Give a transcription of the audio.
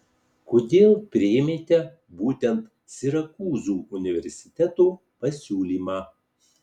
kodėl priėmėte būtent sirakūzų universiteto pasiūlymą